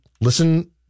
listen